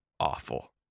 Awful